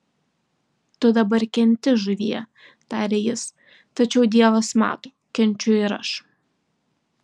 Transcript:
tu dabar kenti žuvie tarė jis tačiau dievas mato kenčiu ir aš